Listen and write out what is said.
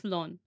Loan